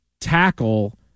tackle